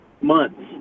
months